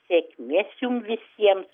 sėkmės jum visiems